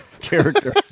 character